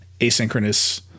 asynchronous